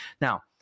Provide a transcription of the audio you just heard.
Now